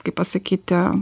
kaip pasakyti